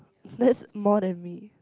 that's more than me